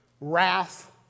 wrath